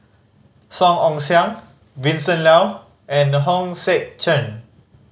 Song Ong Siang Vincent Leow and Hong Sek Chern